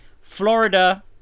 Florida